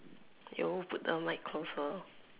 you put the mic closer